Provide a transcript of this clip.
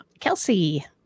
Kelsey